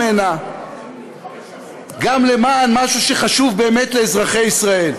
הנה גם למען משהו שחשוב באמת לאזרחי ישראל.